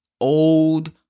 old